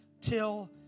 till